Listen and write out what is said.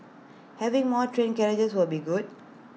having more train carriages will be good